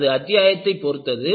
அது அத்தியாயத்தைப் பொருத்தது